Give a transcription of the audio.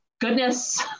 goodness